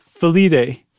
Felide